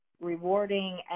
rewarding